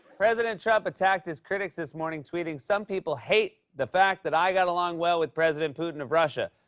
president trump attacked his critics this morning tweeting, some people hate the fact that i got along well with president putin of russia.